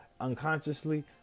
unconsciously